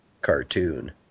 cartoon